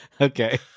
Okay